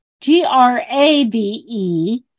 g-r-a-v-e